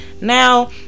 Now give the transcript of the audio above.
now